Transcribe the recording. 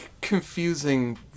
confusing